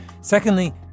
Secondly